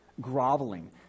groveling